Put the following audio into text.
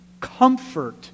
comfort